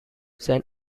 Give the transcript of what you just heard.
san